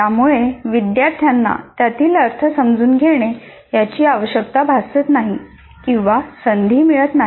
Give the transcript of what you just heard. यामुळे विद्यार्थ्यांना त्यातील अर्थ समजावून घेणे याची आवश्यकता भासत नाही किंवा संधी मिळत नाही